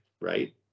right